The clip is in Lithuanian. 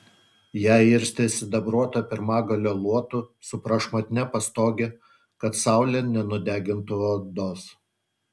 ją irstė sidabruoto pirmagalio luotu su prašmatnia pastoge kad saulė nenudegintų odos